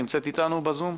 נמצאת איתנו ב"זום".